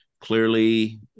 clearly